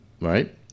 right